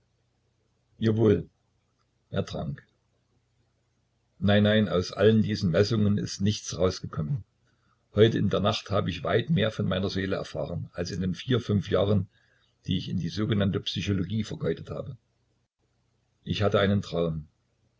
er trank nein nein aus allen diesen messungen ist nichts rausgekommen heute in der nacht hab ich weit mehr von meiner seele erfahren als in den vier fünf jahren die ich an die sogenannte psychologie vergeudet habe ich hatte einen traum